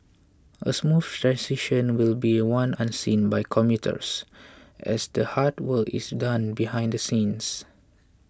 a smooth transition will be one unseen by commuters as the hard work is done behind the scenes